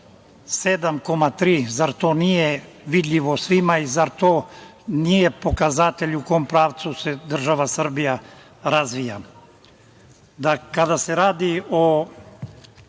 7,3%. Zar to nije vidljivo svima, zar to nije pokazatelj u kom pravcu se država Srbija razvija. Kada se radi o